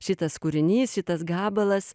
šitas kūrinys šitas gabalas